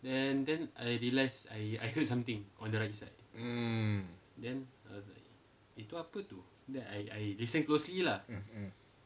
mm